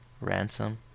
ransom